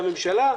והממשלה,